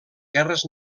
guerres